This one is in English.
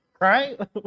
Right